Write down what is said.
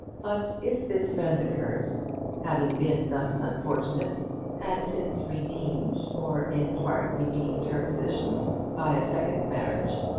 but if this friend of hers having been thus unfortunate had since redeemed, or in part redeemed, her position by a second marriage,